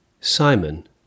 Simon